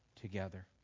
together